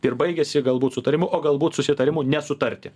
ir baigiasi galbūt sutarimu o galbūt susitarimu nesutarti